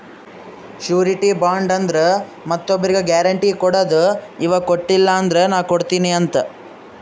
surety bond ಅಂದುರ್ ಮತ್ತೊಬ್ರಿಗ್ guarantee ಕೊಡದು ಇವಾ ಕೊಟ್ಟಿಲ ಅಂದುರ್ ನಾ ಕೊಡ್ತೀನಿ ಅಂತ್